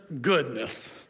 goodness